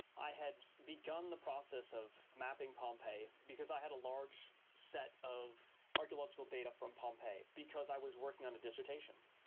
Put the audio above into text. i had begun the process of mapping pompeii because i had a large set of archaeological data from pompeii because i was working on a dissertation.